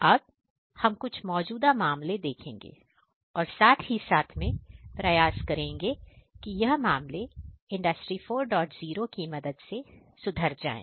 तो अब हम कुछ मौजूदा मामले देखेंगे और साथ ही साथ में प्रयास करेंगे कि यह मामले इंडस्ट्री 40 की मदद से सुधर जाएं